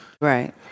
Right